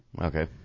Okay